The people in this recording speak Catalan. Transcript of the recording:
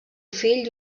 fill